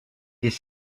des